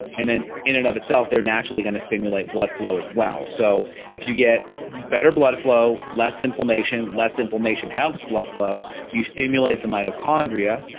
and then in and of itself they're naturally going to stimulate blood flow as well. so if you get better blood flow less inflammation, less inflammation helps blood flow you stimulate the mitochondria.